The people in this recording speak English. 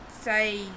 say